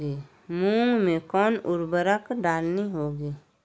मूंग में कौन उर्वरक डालनी होगी?